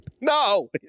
No